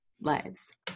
lives